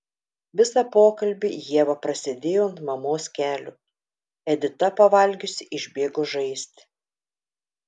visą pokalbį ieva prasėdėjo ant mamos kelių edita pavalgiusi išbėgo žaisti